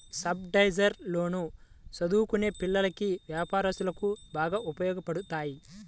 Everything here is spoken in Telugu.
సబ్సిడైజ్డ్ లోన్లు చదువుకునే పిల్లలకి, వ్యాపారస్తులకు బాగా ఉపయోగపడతాయి